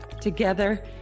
Together